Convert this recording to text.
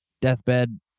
deathbed